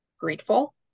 grateful